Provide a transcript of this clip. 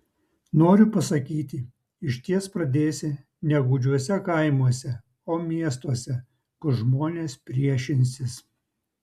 noriu pasakyti išties pradėsi ne gūdžiuose kaimuose o miestuose kur žmonės priešinsis